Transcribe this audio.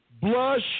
blush